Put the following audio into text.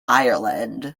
ireland